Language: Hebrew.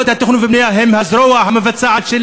ועדות התכנון והבנייה הן הזרוע המבצעת של